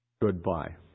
goodbye